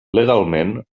legalment